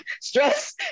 Stress